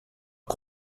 par